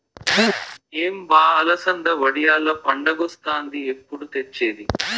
ఏం బా అలసంద వడియాల్ల పండగొస్తాంది ఎప్పుడు తెచ్చేది